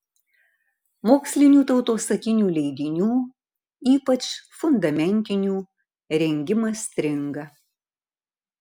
mokslinių tautosakinių leidinių ypač fundamentinių rengimas stringa